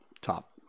top